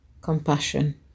compassion